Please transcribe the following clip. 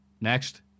next